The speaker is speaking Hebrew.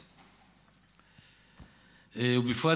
ובפרט,